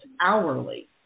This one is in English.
hourly